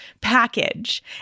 package